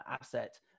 asset